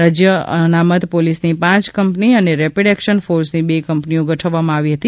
રાજય અનામત પોલીસની પાંચ કંપની અને રેપીડ એકશન ફોર્સની બે કંપનીઓ ગોઠવવામાં આવી હતી